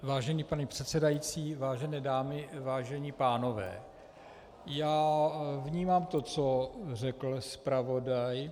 Vážený pane předsedající, vážené dámy, vážení pánové, já vnímám to, co řekl zpravodaj.